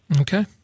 Okay